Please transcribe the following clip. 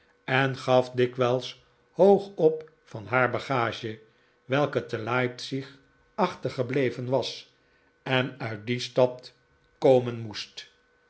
en gaf dikwijls hoog op van haar bagage welke te leipzig achtergebleven was en uit die stad komen moest